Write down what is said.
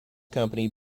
company